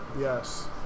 Yes